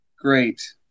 great